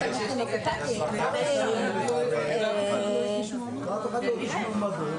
גם הלוואות ללומדים בחו"ל שיחזרו למקצועות במצוקה.